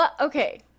Okay